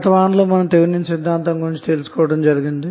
గత వారంలో మనం థేవినిన్ సిద్ధాంతం గురించి చర్చించుకున్నాము